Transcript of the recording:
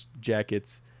jackets